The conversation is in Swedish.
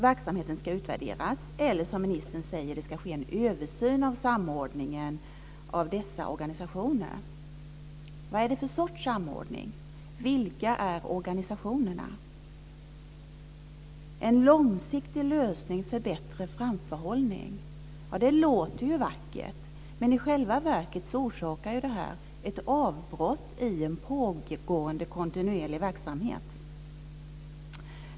Verksamheten ska utvärderas eller, som ministern säger, det ska ske en översyn av samordningen av dessa organisationer. Vad är det för sorts samordning? Vilka är organisationerna? En långsiktig lösning för bättre framförhållning. Det låter ju vackert, men i själva verket orsakar detta ett avbrott i en pågående kontinuerlig verksamhet.